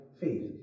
faith